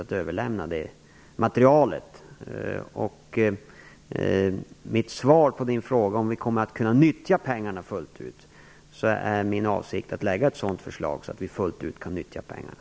Mitt svar på Leo Perssons fråga, om vi kommer att kunna nyttja pengarna fullt ut, är att min avsikt är att lägga fram ett förslag som innebär att vi fullt ut kan nyttja pengarna.